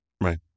Right